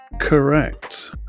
Correct